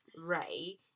Ray